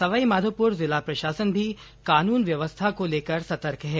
सवाई माधोपुर जिला प्रशासन भी कानून व्यवस्था को लेकर सतर्क है